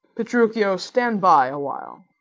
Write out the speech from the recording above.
petruchio, stand by awhile.